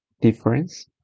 difference